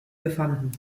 befanden